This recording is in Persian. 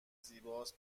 زیباست